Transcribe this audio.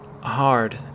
hard